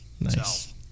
Nice